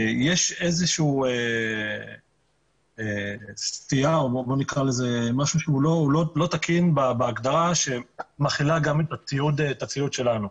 יש איזשהו משהו שהוא לא תקין בהגדרה שמכילה גם את הציוד שלנו.